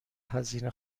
هزینه